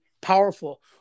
powerful